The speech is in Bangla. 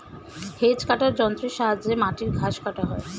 হেজ কাটার যন্ত্রের সাহায্যে মাটির ঘাস কাটা হয়